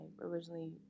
originally